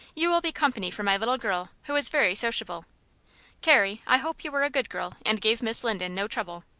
you will be company for my little girl, who is very sociable carrie, i hope you were a good girl, and gave miss linden no trouble.